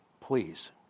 please